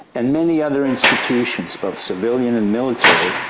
and many other institutions, both civilian and military,